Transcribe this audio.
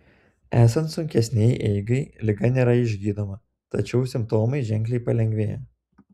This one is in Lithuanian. esant sunkesnei eigai liga nėra išgydoma tačiau simptomai ženkliai palengvėja